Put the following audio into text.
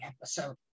episode